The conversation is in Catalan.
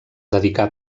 dedicà